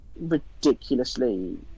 ridiculously